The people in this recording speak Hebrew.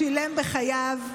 שילם בחייו.